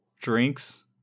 drinks